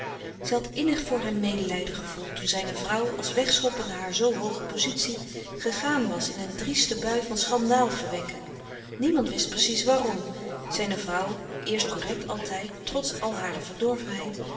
had innig voor hem medelijden gevoeld toen zijne vrouw als wegschoppende haar zoo hooge pozitie gegaan was in een drieste bui van schandaal verwekken niemand wist precies waarom zijne vrouw eerst correct altijd trots al hare